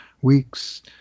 weeks